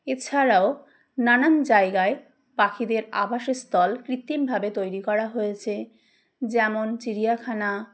এছাড়াও নানান জায়গায় পাখিদের আবাসের স্থল কৃত্রিমভাবে তৈরি করা হয়েছে যেমন চিড়িয়াখানা